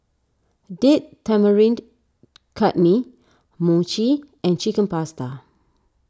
Date Tamarind Chutney Mochi and Chicken Pasta